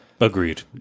Agreed